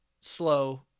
slow